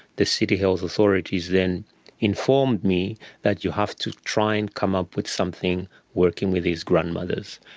the city health authorities then informed me that you have to try and come up with something working with these grandmothers,